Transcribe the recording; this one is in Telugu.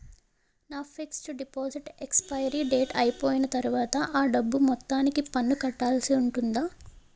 నా ఫిక్సడ్ డెపోసిట్ ఎక్సపైరి డేట్ అయిపోయిన తర్వాత అ డబ్బు మొత్తానికి పన్ను కట్టాల్సి ఉంటుందా?